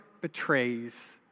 betrays